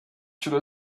should